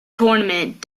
tournament